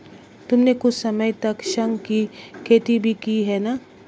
तुमने कुछ समय तक शंख की खेती भी की है ना?